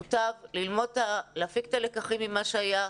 מוטב להפיק את הלקחים ממה שהיה,